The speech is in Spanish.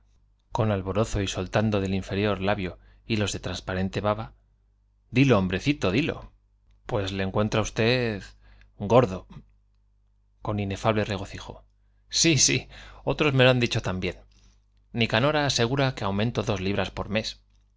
con alborozo y soltando del inferior labio hilos dilo de transparente baba dilo hombrecito pues le encuentro á ustel gordo con inefable regocijo sí sí otros me lo han también nicanora asegura que dicho aument dos libras mes